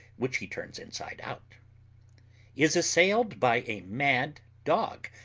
which he turns inside out is assailed by a mad dog,